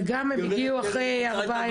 וגם הם הגיעו אחרי ארבעה ימים.